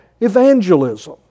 evangelism